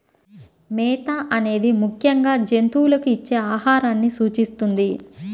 మేత అనేది ముఖ్యంగా జంతువులకు ఇచ్చే ఆహారాన్ని సూచిస్తుంది